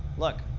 look,